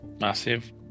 Massive